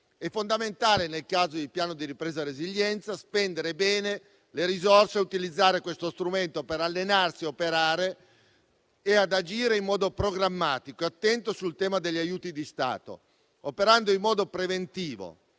è fondamentale, nel caso del Piano di ripresa e resilienza, spendere bene le risorse e utilizzare questo strumento per allenarsi a operare e ad agire in modo programmatico e attento sul tema degli aiuti di Stato, operando in modo preventivo.